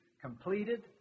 completed